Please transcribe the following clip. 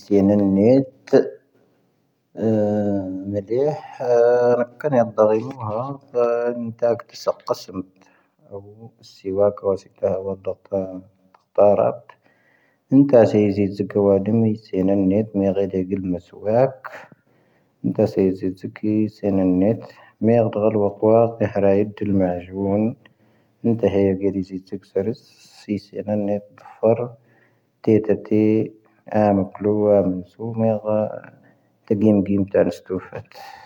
ⵙⵉ ⵎⵓⴰⵀⴰⴱⴰⵜ ⵢⴰⴷⴷⴰ ⴳⵀⵉⵏ ⵙⴰⵇⵇⴰⵙⵏⴰ ⵉⵍⴰⴰⵜⵉ ⵙⵉⵡⴰⴽⴰ ⴷⴰⴽⴽⴰ ⵉⵏⵜⴰ ⵣⵉ ⵙⵉⵢⴻⵙ ⵜⵉⴽⵉ ⵡⴰ ⴷⵓⵎ ⴻⵏⵉ ⵏⵏⵉⵢⴻⵜⵏⵉ ⴻⴳⵉⴷⵏⵉ ⵡⴰⵙ ⵙⵡⴰⴽ ⴻⵏⵜⵉ ⵉⵣⵣⵉⴽⵉⵙ ⴻⵏⵉⵎ ⵏⵉⵢⴻⵜ ⵎⵉⵢⴻ ⴰⵏⵜ ⴽⴰⵡⴰⵜ ⵡⴰⴰⵜ ⵜⵉⵍ ⵎⵓⵀⴰⵔ ⴻⵏⵜⴰ ⵢⴻⵜ ⵎⴰⴷⵓⵏ ⵎⵓⴽⵓⵙ ⵙⵉⵙⵉ ⴽⵉⵏⵉⵎ ⵏⵉⵢⴻⵜ ⴽⴰⴼⴰⵔ ⵏⵉⵢⴻⵜ ⵜⴻⵜⵜⴻ ⴰⵔⵎⵓⴽ ⴽⵓⵍⵓⵡⴰ ⵜⴰⴳⴻⴻⵎ ⴳⵉⵏ ⵜⴰⵔⴰⵙ ⵜⵓⵀⴰⵜ...